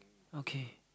okay